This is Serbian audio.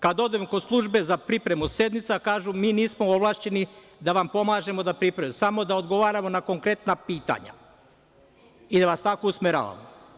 Kada odem kod Službe za pripremu sednica kažu mi, mi nismo ovlašćeni da vam pomažemo, samo da odgovaramo na konkretna pitanja i da vas tako usmeravamo.